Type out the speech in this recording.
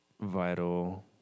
Vital